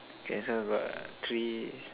okay so got three